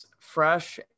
fresh